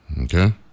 Okay